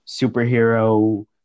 superhero